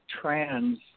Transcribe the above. trans